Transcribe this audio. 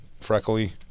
freckly